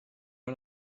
run